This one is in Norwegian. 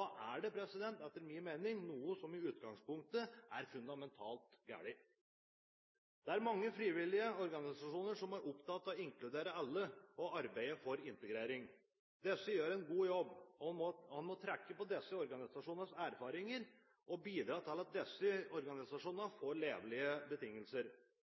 er det etter min mening noe som i utgangspunktet er fundamentalt galt. Det er mange frivillige organisasjoner som er opptatt av å inkludere alle og å arbeide for integrering. Disse gjør en god jobb, og man må trekke på disse organisasjonenes erfaringer og bidra til at disse organisasjonene får levelige betingelser.